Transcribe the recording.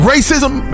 Racism